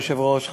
כבוד היושב-ראש,